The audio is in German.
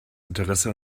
interesse